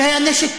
שהיה נשק